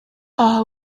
aha